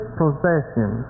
possession